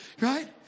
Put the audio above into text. Right